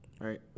right